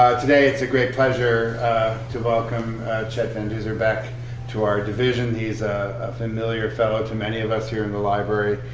today it's a great pleasure to welcome chet van duzer back to our division. he's a familiar fellow to many of us here in the library.